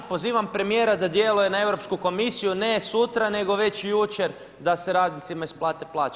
Pozivam premijera da djeluje na Europsku komisiju ne sutra nego već jučer da se radnicima isplate plaće.